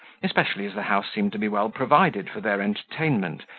especially as the house seemed to be well provided for their entertainment,